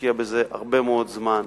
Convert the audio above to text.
שמשקיע בזה הרבה מאוד זמן,